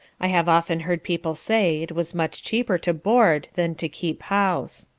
i have often heard people say it was much cheaper to board than to keep house.